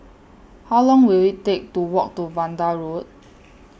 How Long Will IT Take to Walk to Vanda Road